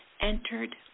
entered